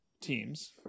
teams